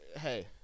Hey